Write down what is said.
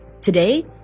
today